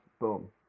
boom